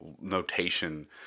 notation